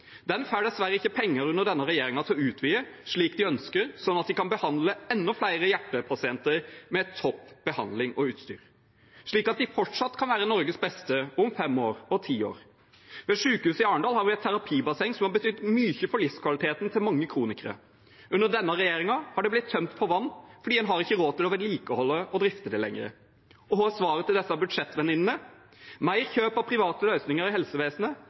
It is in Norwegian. Den får dessverre ikke penger under denne regjeringen til å utvide slik de ønsker, slik at de kan behandle enda flere hjertepasienter med topp behandling og utstyr, slik at de fortsatt kan være Norges beste om fem år og ti år. Ved sykehuset i Arendal har vi et terapibasseng som har betydd mye for livskvaliteten til mange kronikere. Under denne regjeringen har det blitt tømt for vann fordi en ikke har råd til å vedlikeholde og drifte det lenger. Og hva er svaret til disse budsjettvenninnene? Mer kjøp av private løsninger i helsevesenet